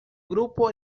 grupo